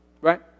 right